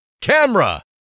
camera